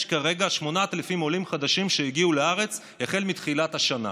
יש כרגע 8,000 עולים חדשים שהגיעו לארץ החל מתחילת השנה.